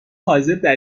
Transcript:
حاضردر